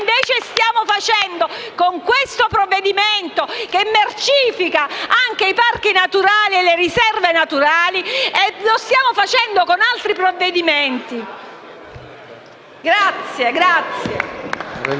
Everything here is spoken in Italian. invece stiamo facendo con questo provvedimento che mercifica anche i parchi e le risorse naturali. Lo stiamo facendo con altri provvedimenti. PRESIDENTE.